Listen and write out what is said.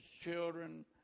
children